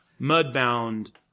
mudbound